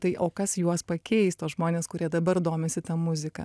tai o kas juos pakeis tuos žmones kurie dabar domisi ta muzika